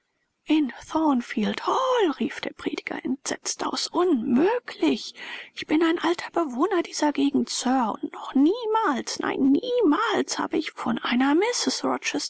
in thornfield hall rief der prediger entsetzt aus unmöglich ich bin ein alter bewohner dieser gegend sir und noch niemals nein niemals habe ich von einer